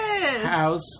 House